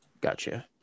Gotcha